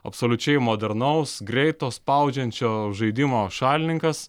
absoliučiai modernaus greito spaudžiančio žaidimo šalininkas